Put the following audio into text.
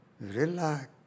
relax